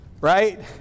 Right